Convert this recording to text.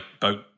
boat